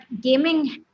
gaming